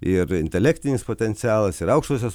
ir intelektinis potencialas ir aukštosios